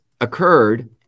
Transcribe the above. occurred